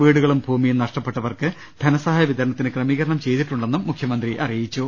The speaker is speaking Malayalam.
വീടുകളും ഭൂമിയും നഷ്ടപ്പെട്ടവർക്ക് ധനസഹായ വിതരണത്തിന് ക്രമീകരണം ചെയ്തിട്ടുണ്ടെന്നും മുഖ്യമന്ത്രി അറിയിച്ചു